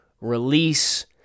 release